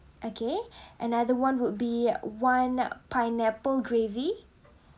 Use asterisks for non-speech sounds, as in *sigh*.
okay *breath* another one would be one pineapple gravy